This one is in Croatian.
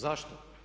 Zašto?